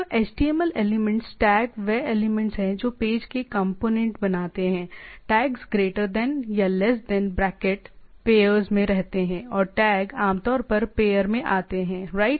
तो HTML elements tag वे elements हैं जो पेज के कंपोनेंट बनाते हैं टैग्स ग्रेटर दैन या लेस दैन ब्रैकेट पेयर्स में रहते हैं और टैग आमतौर पर पेयर में आते हैं राइट